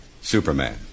Superman